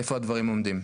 איפה הדברים עומדים?